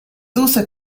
also